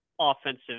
offensive